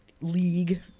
League